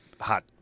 hot